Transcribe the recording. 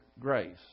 grace